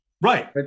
right